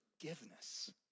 forgiveness